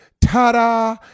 ta-da